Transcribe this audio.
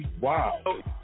Wow